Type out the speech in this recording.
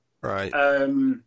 Right